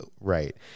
right